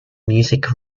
music